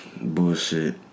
Bullshit